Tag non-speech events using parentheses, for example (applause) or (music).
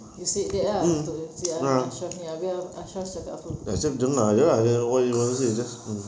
you said that ah untuk si ashraf ini ah habis ash~ ashraf cakap apa (laughs)